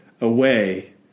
away